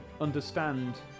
understand